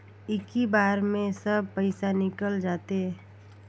इक्की बार मे सब पइसा निकल जाते?